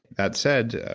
that said,